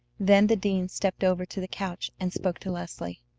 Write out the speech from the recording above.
then the dean stepped over to the couch and spoke to leslie.